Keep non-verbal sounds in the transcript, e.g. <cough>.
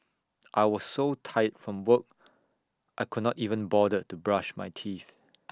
I was so tired from work I could not even bother to brush my teeth <noise>